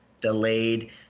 delayed